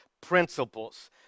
principles